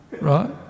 right